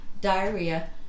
Diarrhea